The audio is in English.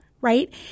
right